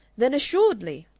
then assuredly!